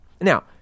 Now